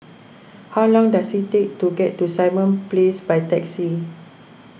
how long does it take to get to Simon Place by taxi